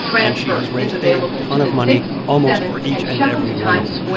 and she has raised a ton of money almost for each and every one of them.